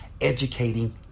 educating